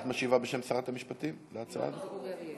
את משיבה בשם שרת המשפטים על ההצעה הזאת?